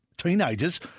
teenagers